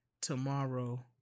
tomorrow